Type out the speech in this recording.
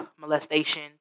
molestation